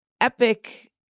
epic